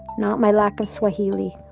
not my lack of swahili,